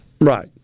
Right